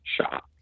shot